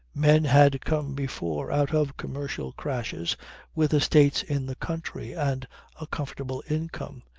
men had come before out of commercial crashes with estates in the country and a comfortable income,